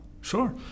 Sure